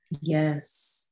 Yes